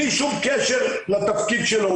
בלי שום קשר לתפקיד שלו,